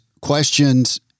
questions